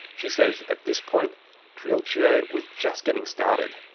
she says, at this point triulcio was just getting started.